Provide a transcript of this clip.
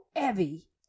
Evie